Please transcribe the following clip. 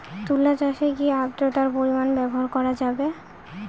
তুলা চাষে কি আদ্রর্তার পরিমাণ ব্যবহার করা যাবে?